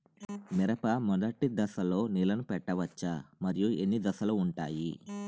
మిరప మొదటి దశలో నీళ్ళని పెట్టవచ్చా? మరియు ఎన్ని దశలు ఉంటాయి?